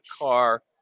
car